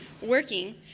working